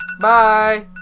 Bye